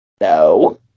no